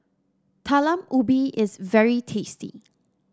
Talam Ubi is very tasty